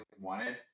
wanted